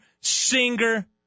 singer